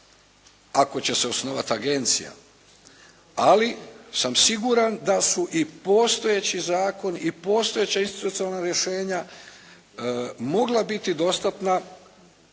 ako će se osnovati agencija. Ali sam siguran da su i postojeći zakon i postojeća institucionalna rješenja mogla biti dostatna